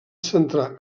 centrar